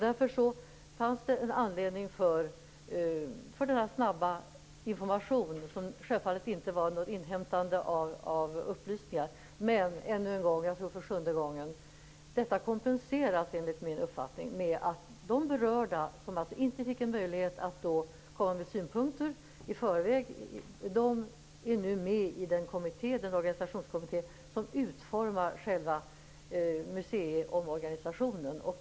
Därför fanns det en anledning till den snabba information som självfallet inte var något inhämtande av upplysningar. Men - jag tror att det är sjunde gången som jag säger det - detta kompenseras enligt min uppfattning av att de berörda som inte fick någon möjlighet att komma med synpunkter i förväg nu är med i den organisationskommitté som utformar själva museiomorganisationen.